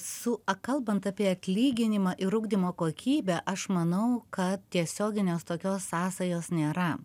su akalbant apie atlyginimą ir ugdymo kokybę aš manau kad tiesioginės tokios sąsajos nėra